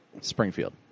Springfield